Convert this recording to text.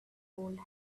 gold